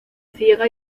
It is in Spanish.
ciega